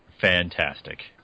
fantastic